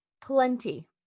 plenty